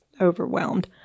overwhelmed